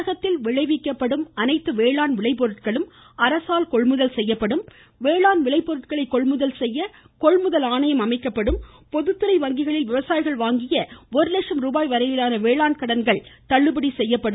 தமிழகத்தில் விளைவிக்கப்படும் அனைத்து வேளாண் விளைபொருட்களும் அரசால் கொள்முதல் செய்யப்படும் வேளாண் விளைபொருட்கள் கொள்முதல் ஆணையம் அமைக்கப்படும் பொதுத்துறை வங்கிகளில் விவசாயிகள் வாங்கிய ஒரு லட்ச ரூபாய் வரையிலான வேளாண்கடன்கள் தள்ளுபடி செய்யப்படும்